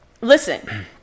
listen